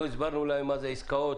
לא הסברנו להם מה זה עסקאות,